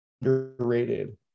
underrated